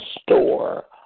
store